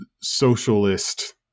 socialist